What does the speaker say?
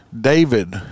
David